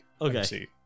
Okay